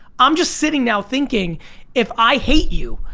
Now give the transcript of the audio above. i'm just sitting now thinking if i hate you,